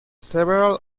several